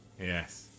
Yes